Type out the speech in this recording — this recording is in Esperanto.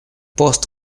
post